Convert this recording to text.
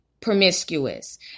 promiscuous